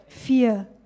fear